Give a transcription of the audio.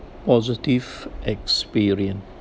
positive experience